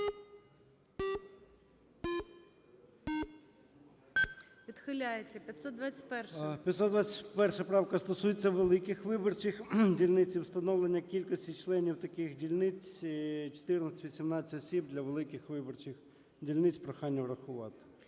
О.М. 521 правка стосується великих виборчих дільниць і встановлення кількості членів таких дільниць, 14-18 осіб для великих виборчих дільниць. Прохання врахувати.